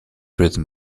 written